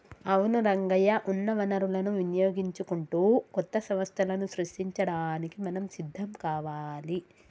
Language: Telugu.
అవును రంగయ్య ఉన్న వనరులను వినియోగించుకుంటూ కొత్త సంస్థలను సృష్టించడానికి మనం సిద్ధం కావాలి